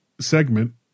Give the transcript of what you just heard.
segment